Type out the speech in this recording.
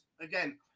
again